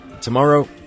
Tomorrow